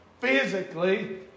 physically